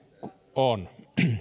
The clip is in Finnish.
on